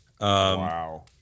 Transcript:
Wow